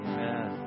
Amen